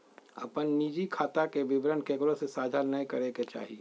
अपन निजी खाता के विवरण केकरो से साझा नय करे के चाही